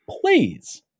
Please